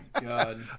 God